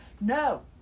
No